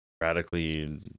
radically